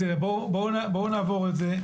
בואו נעבור את זה,